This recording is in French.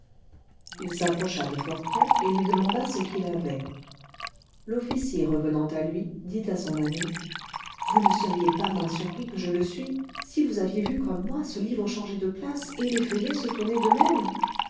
il s'approcha de fort près et lui demanda ce qu'il avait l'officier revenant à lui dit à son ami vous ne seriez pas moins surpris que je le suis si vous aviez vu comme moi ce livre changer de place et les feuillets se